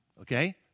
Okay